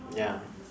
ya